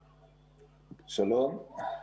שלום.